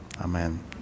Amen